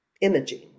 imaging